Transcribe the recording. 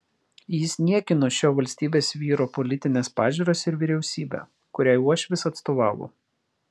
jis niekino šio valstybės vyro politines pažiūras ir vyriausybę kuriai uošvis atstovavo